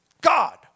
God